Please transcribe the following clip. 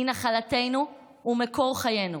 היא נחלתנו ומקור חיינו,